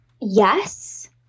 Yes